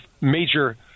major